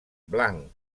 blanc